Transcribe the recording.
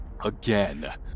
Again